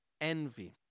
envy